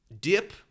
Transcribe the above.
Dip